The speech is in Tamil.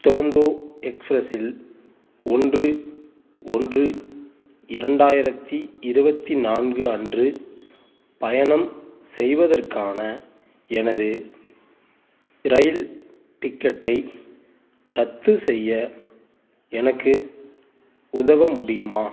துரந்தோ எக்ஸ்பிரஸில் ஒன்று ஒன்று இரண்டாயிரத்து இருபத்தி நான்கு அன்று பயணம் செய்வதற்கான எனது இரயில் டிக்கெட்டை ரத்து செய்ய எனக்கு உதவ முடியுமா